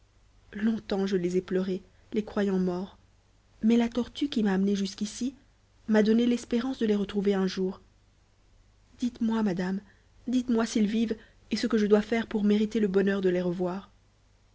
longtemps je les ai pleurés les croyant morts mais la tortue qui m'a amenée jusqu'ici m'a donné l'espérance de les retrouver un jour dites-moi madame dites-moi s'ils vivent et ce que je dois faire pour mériter le bonheur de les revoir